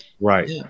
Right